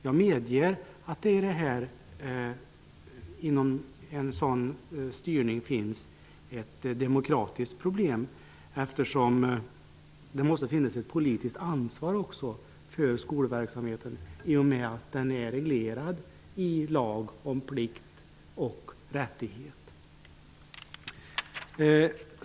Jag medger att det i en sådan styrning finns ett demokratiskt problem, eftersom det också måste finnas ett politiskt ansvar för skolverksamheten i och med att skolplikt och elevrättigheter är reglerade i lag.